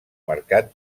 mercat